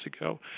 ago